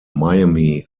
miami